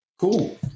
Cool